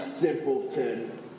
simpleton